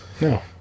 No